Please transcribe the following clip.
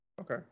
Okay